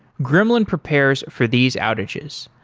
gremlin prepares for these outages.